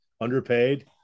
underpaid